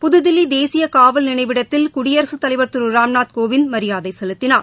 புதுதில்லிதேசியகாவல் நினைவிடத்தில் குடியரசுத்தலைவர் திருராம்நாத் கோவிந்த் மரியாதைசெலுத்தினார்